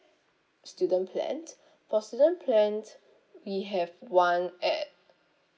student plan for student plan we have one at